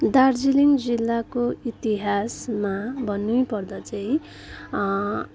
दार्जिलिङ जिल्लाको इतिहासमा भन्नु पर्दा चाहिँ